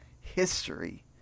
history